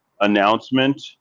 Announcement